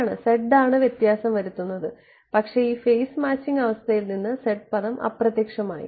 ശരിയാണ് z ആണ് വ്യത്യാസം വരുത്തുന്നത് പക്ഷേ ഈ ഫേസ് മാച്ചിംഗ് അവസ്ഥയിൽ നിന്ന് z പദം അപ്രത്യക്ഷമായി